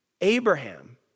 Abraham